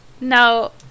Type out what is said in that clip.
No